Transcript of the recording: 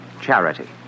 charity